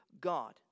God